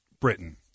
Britain